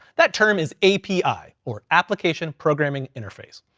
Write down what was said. that term is api, or application programming interface.